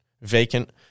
vacant